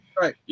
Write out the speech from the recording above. Right